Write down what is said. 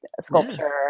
sculpture